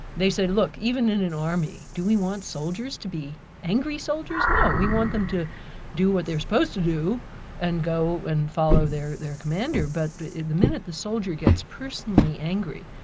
they say look, even in an army do we want soldiers to be angry soldiers? no, we want them to do what they're supposed to do and go and follow their commander, but the minute the soldier gets personally angry,